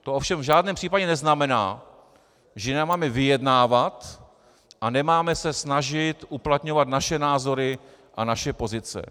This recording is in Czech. To ovšem v žádném případě neznamená, že nemáme vyjednávat a nemáme se snažit uplatňovat naše názory a naše pozice.